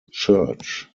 church